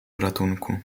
ratunku